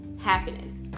happiness